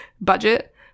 budget